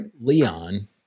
leon